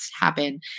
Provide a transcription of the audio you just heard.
happen